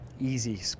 easy